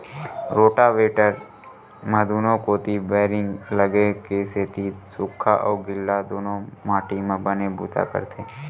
rotavator म दूनो कोती बैरिंग लगे के सेती सूख्खा अउ गिल्ला दूनो माटी म बने बूता करथे